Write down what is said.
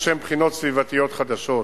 לשם בחינות סביבתיות חדשות,